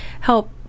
help